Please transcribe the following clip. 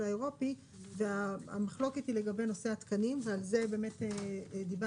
האירופי והמחלוקת היא לגבי נושא התקנים ועל זה באמת דיברנו